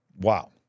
Wow